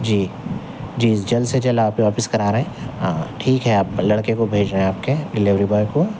جی جی جلد سے جلد آپ واپس کرا رہے ہیں ہاں ٹھیک ہے آپ لڑکے کو بھیج رہے ہیں آپ کے ڈلیوری بوائے کو